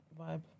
vibe